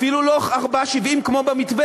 אפילו לא 4.7 כמו במתווה.